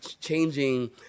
changing